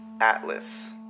Atlas